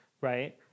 right